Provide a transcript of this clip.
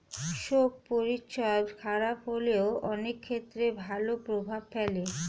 শোক পরিচ্ছদ খারাপ হলেও অনেক ক্ষেত্রে ভালো প্রভাব ফেলে